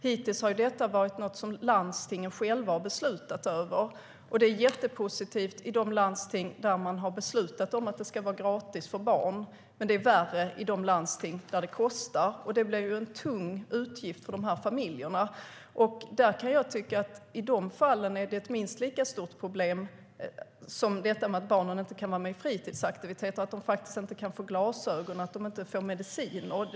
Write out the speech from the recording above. Hittills har detta varit något som landstingen själva har beslutat om. Det är mycket positivt i de landsting där man har beslutat att det ska vara gratis för barn. Men det är värre i de landsting där det kostar. Det blir en tung utgift för dessa familjer. Där kan jag tycka att det i dessa fall är ett minst lika stort problem som detta med att barnen inte kan delta i fritidsaktiviteter, alltså att barnen inte kan få glasögon och att de inte får mediciner.